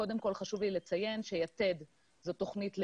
קודם כל חשוב לי לציין שיתד זאת תוכנית לאומית,